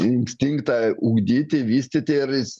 instinktą ugdyti vystyti ir jis